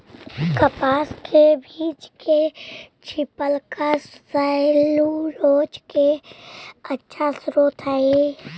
कपास के बीज के छिलका सैलूलोज के अच्छा स्रोत हइ